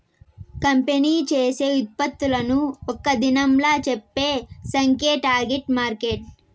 company చేసే ఉత్పత్తులను ఒక్క దినంలా చెప్పే సంఖ్యే టార్గెట్ మార్కెట్